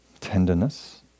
tenderness